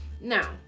now